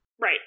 Right